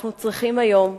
אנחנו צריכים היום,